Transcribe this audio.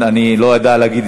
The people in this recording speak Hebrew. אני רוצה לאחל